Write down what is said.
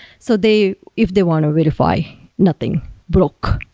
so they if they want to verify nothing broke.